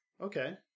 Okay